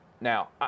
now